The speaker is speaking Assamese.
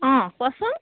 অঁ কোৱাচোন